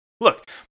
Look